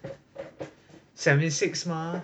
seventy six mah